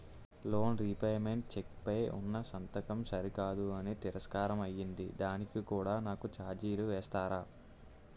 Loan repayment cheque పై ఉన్నా సంతకం సరికాదు అని తిరస్కారం అయ్యింది దానికి కూడా నాకు ఛార్జీలు వేస్తారా?